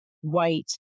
white